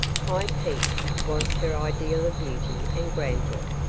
high peak was her ideal of beauty and grandeur.